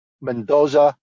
Mendoza